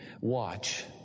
Watch